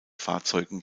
fahrzeugen